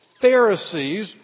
Pharisees